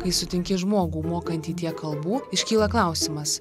kai sutinki žmogų mokantį tiek kalbų iškyla klausimas